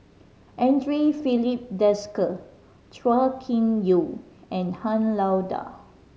Andre Filipe Desker Chua Kim Yeow and Han Lao Da